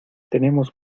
tenemos